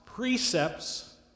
precepts